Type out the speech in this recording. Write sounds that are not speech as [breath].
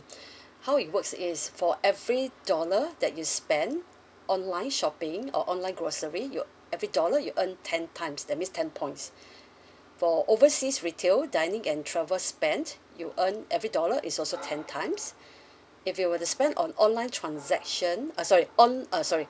[breath] how it works is for every dollar that you spend online shopping or online grocery you every dollar you earn ten times that means ten points [breath] for overseas retail dining and travel spent you earn every dollar is also ten times [breath] if you were to spend on online transaction uh sorry on uh sorry